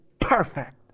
perfect